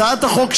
הצעת החוק,